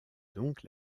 donc